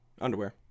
underwear